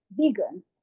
vegan